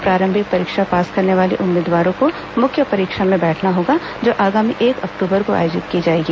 प्रारंभिक परीक्षा पास करने वाले उम्मीदवारों को ुमुख्य परीक्षा में बैठना होगा जो आगामी एक अक्टूबर को आयोजित की जाएगी